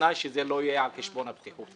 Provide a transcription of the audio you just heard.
בתנאי שזה לא יהיה על חשבון הבטיחות.